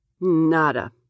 Nada